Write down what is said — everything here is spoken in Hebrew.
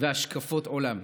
והשקפות עולם.